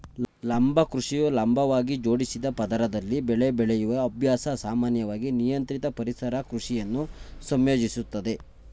ಲಂಬ ಕೃಷಿಯು ಲಂಬವಾಗಿ ಜೋಡಿಸಿದ ಪದರದಲ್ಲಿ ಬೆಳೆ ಬೆಳೆಯುವ ಅಭ್ಯಾಸ ಸಾಮಾನ್ಯವಾಗಿ ನಿಯಂತ್ರಿತ ಪರಿಸರ ಕೃಷಿಯನ್ನು ಸಂಯೋಜಿಸುತ್ತದೆ